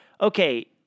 okay